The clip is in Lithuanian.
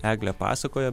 eglė pasakojo